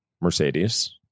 Mercedes